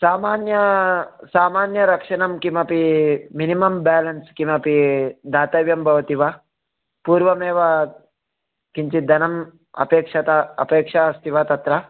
सामान्य सामान्यरक्षणं किमपि मिनिमम् बेलेन्स् किमपि दातव्यं भवति वा पूर्वमेव किञ्चित् धनं अपेक्षा अपेक्षा अस्ति वा तत्र